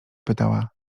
pytała